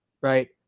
right